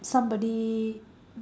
somebody